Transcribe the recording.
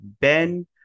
Ben